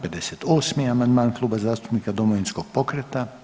58. amandman Kluba zastupnika Domovinskog pokreta.